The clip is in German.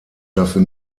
dafür